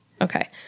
Okay